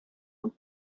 und